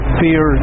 fear